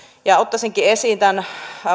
ottaisinkin esiin